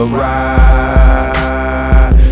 ride